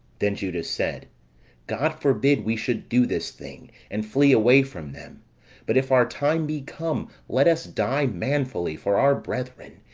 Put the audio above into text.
then judas said god forbid we should do this thing, and flee away from them but if our time be come, let us die manfully for our brethren,